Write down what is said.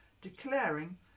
declaring